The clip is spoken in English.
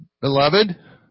Beloved